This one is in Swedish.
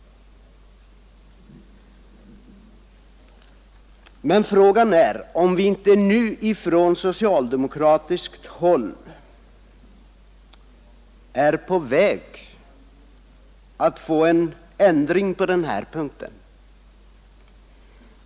Men frågan är om man inte nu från socialdemokratiskt håll är på väg mot en ändring på den här punkten.